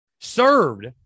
served